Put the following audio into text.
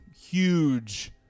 huge